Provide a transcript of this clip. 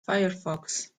firefox